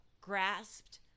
grasped